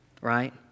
right